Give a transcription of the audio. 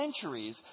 centuries